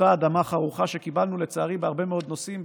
אותה אדמה חרוכה שקיבלנו לצערי בהרבה מאוד נושאים,